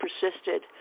Persisted